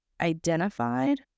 identified